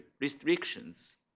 restrictions